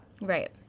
Right